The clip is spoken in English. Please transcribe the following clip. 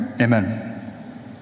Amen